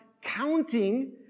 counting